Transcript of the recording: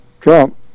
Trump